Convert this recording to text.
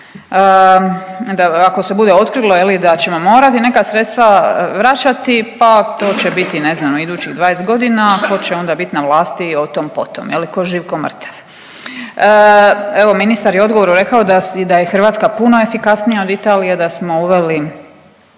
ako se bude otkrilo, je li, da ćemo morati neka sredstva vraćati, pa to će biti ne znam, u idućih 20 godina, tko će onda bit na vlasti o tom-potom. Je li, tko živ, tko mrtav. Evo, ministar je u odgovoru rekao da je Hrvatska puno efikasnija od Italije, da smo uveli